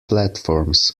platforms